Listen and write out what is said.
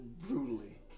brutally